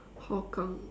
hougang